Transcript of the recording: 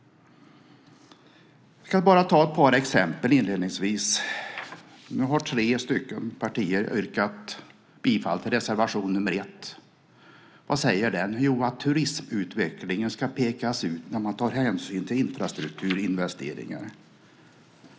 Inledningsvis ska jag ta ett par exempel. Tre partier har yrkat bifall till reservation 1. Vad säger då den? Jo, den säger att turismutvecklingen ska pekas ut när man tar hänsyn till infrastrukturinvesteringar.